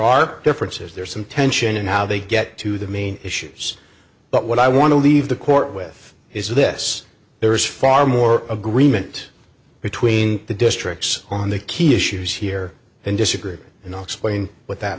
are differences there is some tension in how they get to the main issues but what i want to leave the court with is this there is far more agreement between the districts on the key issues here and disagree and all explain what that